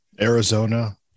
Arizona